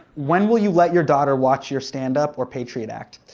when will you let your daughter watch your stand up or patriot act?